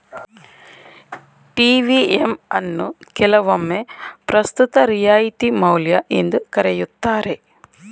TVM ಅನ್ನು ಕೆಲವೊಮ್ಮೆ ಪ್ರಸ್ತುತ ರಿಯಾಯಿತಿ ಮೌಲ್ಯ ಎಂದು ಕರೆಯುತ್ತಾರೆ